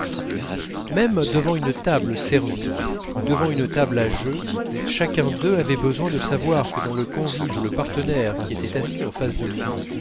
même devant une table servie ou devant une table à jeu chacun d'eux avait besoin de savoir que dans le convive ou le partenaire qui était assis en face de lui